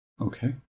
Okay